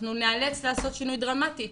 אנחנו נאלץ לעשות שינוי דרמטי,